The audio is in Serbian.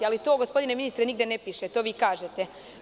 Ali, to gospodine ministre nigde ne piše, to vi kažete.